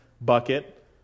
bucket